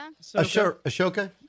Ashoka